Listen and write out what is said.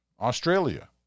Australia